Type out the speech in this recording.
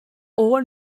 all